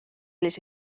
les